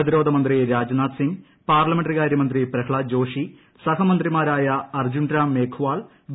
പ്രതിരോധ മന്ത്രി രാജ്നാഥ് സിങ് പാർലമെന്ററി കാര്യമന്ത്രി പ്രഹ്ളാദ് ജോഷി സഹമന്ത്രിമാരായ അർജ്ജുൻ രാം മേഘ്വാൾ വി